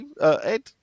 Ed